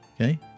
okay